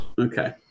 Okay